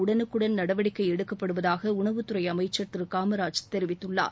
உடனுக்குடன் நடவடிக்கை எடுக்கப்படுவதாக உணவுத்துறை அமைச்சர் திரு காமராஜ் தெரிவித்துள்ளார்